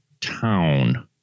town